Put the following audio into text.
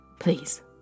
Please